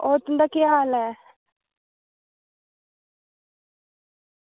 होर तुं'दा केह् हाल ऐ